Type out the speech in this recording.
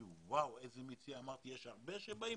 שאלתי אם יש הרבה שבאים,